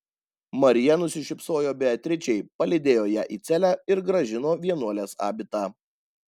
marija nusišypsojo beatričei palydėjo ją į celę ir grąžino vienuolės abitą